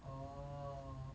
orh